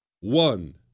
One